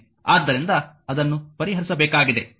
ಆದ್ದರಿಂದ ಅದನ್ನು ಪರಿಹರಿಸಬೇಕಾಗಿದೆ